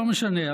לא משנה,